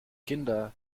kinder